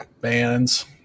bands